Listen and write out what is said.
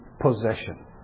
possession